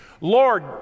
Lord